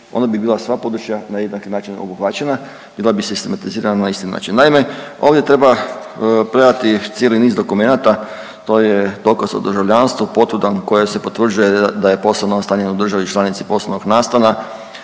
ono bi bila sva područja na jednaki način obuhvaćena, bila bi sistematizirana na isti način. Naime, ovdje treba predati cijeli niz dokumenata, to je dokaz o državljanstvu, potvrdama kojim se potvrđuje da je …/Govornik se ne razumije./… u državi članici poslovnog nastana